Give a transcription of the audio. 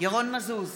ירון מזוז,